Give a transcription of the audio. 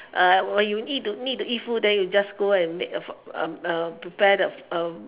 uh when you need to need to eat food then you you just go and prepare the the